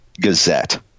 gazette